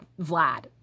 Vlad